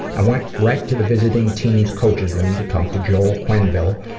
i went right to the visiting team's coach's room to talk to joel quenneville,